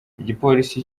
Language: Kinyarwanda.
igipolisi